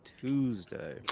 Tuesday